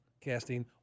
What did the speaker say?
casting